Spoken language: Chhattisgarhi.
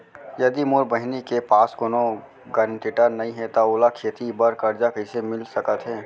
यदि मोर बहिनी के पास कोनो गरेंटेटर नई हे त ओला खेती बर कर्जा कईसे मिल सकत हे?